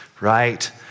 right